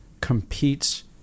competes